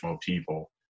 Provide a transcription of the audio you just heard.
people